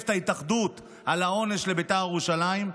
את ההתאחדות על העונש לבית"ר ירושלים.